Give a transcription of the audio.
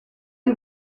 you